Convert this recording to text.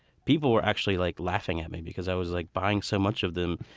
people were actually like laughing at me because i was like buying so much of them.